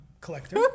collector